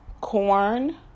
corn